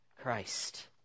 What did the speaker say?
Christ